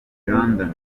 london